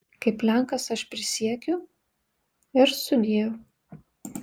kaip lenkas aš prisiekiu ir sudieu